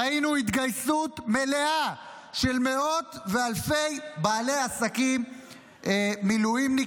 ראינו התגייסות מלאה של מאות ואלפי בעלי עסקים מילואימניקים,